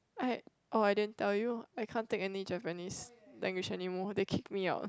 I orh I din tell you I can't take any Japanese language anymore they kicked me out